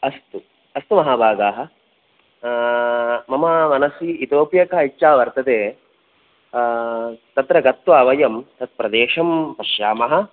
अस्तु अस्तु महाभागाः मम मनसी इतोऽपि एकः इच्छा वर्तते तत्र गत्वा वयं तत्प्रदेशं पश्यामः